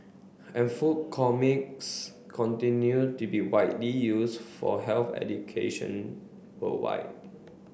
and food comics continue to be widely use for health education worldwide